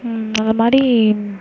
அது மாதிரி